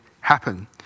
happen